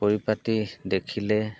পৰিপাটি দেখিলে